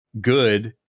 good